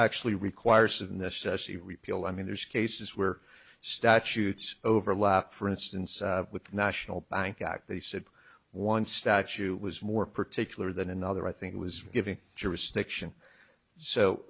actually requires of necessity repeal i mean there's cases where statutes overlap for instance with national bank act they said one statute was more particular than another i think it was giving jurisdiction so